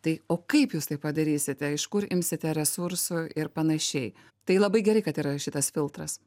tai o kaip jūs tai padarysite iš kur imsite resursų ir panašiai tai labai gerai kad yra šitas filtras